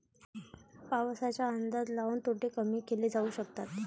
पाऊसाचा अंदाज लाऊन तोटे कमी केले जाऊ शकतात